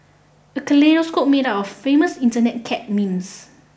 a kaleidoscope made up of famous Internet cat memes